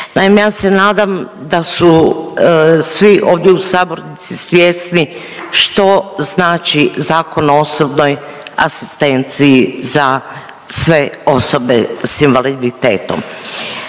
ja se nadam da su svi ovdje u sabornici svjesni što znači Zakon o osobnoj asistenciji za sve osobe s invaliditetom.